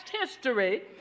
history